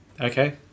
Okay